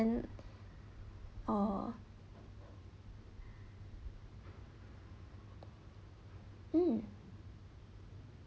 and oh mm